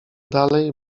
dalej